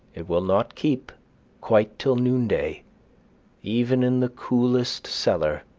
it will not keep quite till noonday even in the coolest cellar,